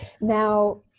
Now